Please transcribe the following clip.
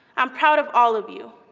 i'm proud of all of you,